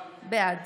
בעד